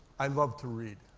i loved to read.